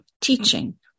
teaching